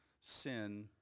Sin